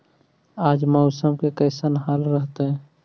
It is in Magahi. आज मौसम के कैसन हाल रहतइ?